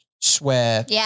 Swear